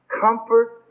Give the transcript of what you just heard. comfort